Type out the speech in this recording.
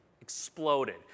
Exploded